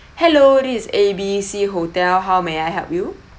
hello this is A B C hotel how may I help you